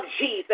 Jesus